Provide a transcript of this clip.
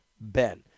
Ben